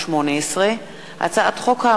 פ/3312/18 וכלה בהצעת חוק פ/3318/18,